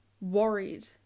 worried